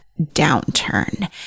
downturn